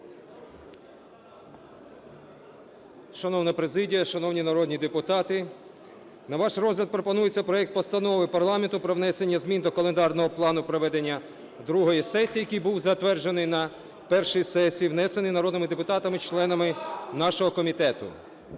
Шановна президія, шановні народні депутати! На ваш розгляд пропонується проект Постанови парламенту про внесення змін до календарного плану проведення другої сесії, який був затверджений на першій сесії, внесений народними депутатами, членами нашого комітету.